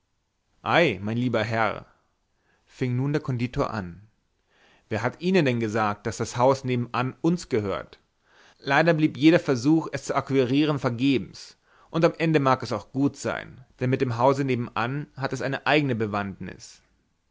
ei mein herr fing nun der konditor an wer hat ihnen denn gesagt daß das haus nebenan uns gehört leider blieb jeder versuch es zu akquirieren vergebens und am ende mag es auch gut sein denn mit dem hause nebenan hat es eine eigne bewandtnis